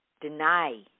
deny